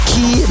Key